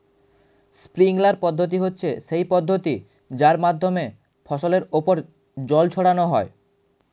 sprinkler পদ্ধতি হচ্ছে সেই পদ্ধতি যার মাধ্যমে ফসলের ওপর জল ছড়ানো হয়